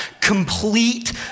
complete